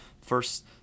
first